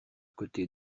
côté